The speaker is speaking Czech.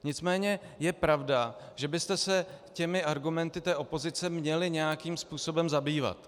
Nicméně je pravda, že byste se argumenty té opozice měli nějakým způsobem zabývat.